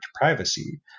privacy